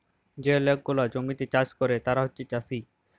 যে লক গুলা জমিতে চাষ ক্যরে তারা হছে চাষী